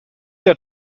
der